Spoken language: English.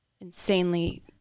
insanely